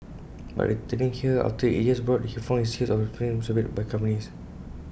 but returning here after eight years abroad he found his years of experience snubbed by companies